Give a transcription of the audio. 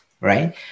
right